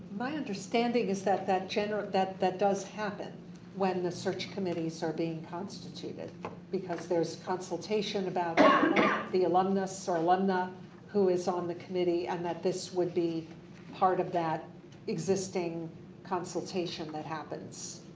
my understanding is that that general. that that does happen when the search committees are being constituted because there is consultation about the alumnus or alumna who is on the committee and that this would be part of that existing consultation that happens.